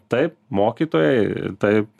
taip mokytojai taip